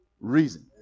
reason